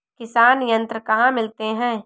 किसान यंत्र कहाँ मिलते हैं?